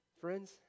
friends